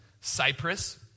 Cyprus